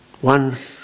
One